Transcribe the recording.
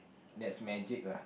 that's magic lah